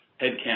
headcount